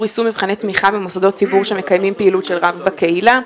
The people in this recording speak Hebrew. יישום מבחני תמיכה במוסדרות ציבור שמקיימים פעילות של רב בקהילה,